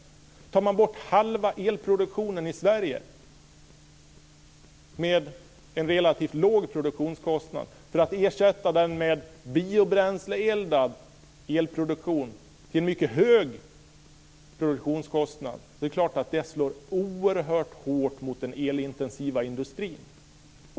Om man tar bort halva elproduktionen i Sverige med en relativt låg produktionskostnad för att ersätta den med biobränsleeldad elproduktion till en mycket hög produktionskostnad så är det klart att det slår oerhört hårt mot den elintensiva industrin.